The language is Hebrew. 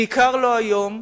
בעיקר לא היום,